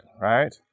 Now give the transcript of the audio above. right